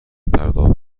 پرداخت